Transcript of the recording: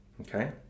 Okay